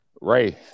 Ray